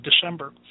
December